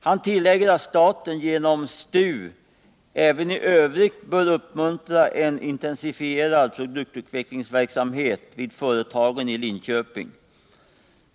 Han tillägger att staten genom STU även i övrigt bör uppmuntra en intensifierad produktutvecklingsverksamhet vid företagen i Linköping.